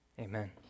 amen